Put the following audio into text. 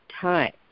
time